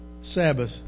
Sabbath